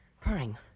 Purring